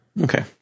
Okay